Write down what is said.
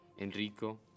Enrico